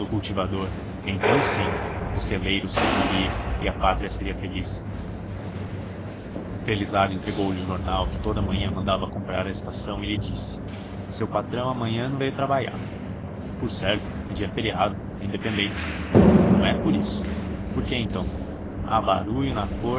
cultivador então sim o celeiro surgiria e a pátria seria feliz felizardo entregou-lhe o jornal que toda a manhã mandava comprar à estação e lhe disse seu patrão amanhã não venho trabaiá por certo é dia feriado a independência não é por isso por que então há baruio na corte